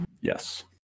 Yes